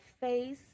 face